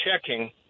checking